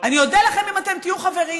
אני אודה לכם אם אתם תהיו חברים.